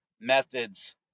methods